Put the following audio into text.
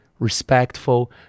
respectful